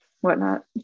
whatnot